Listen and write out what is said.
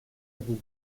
vous